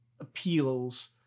appeals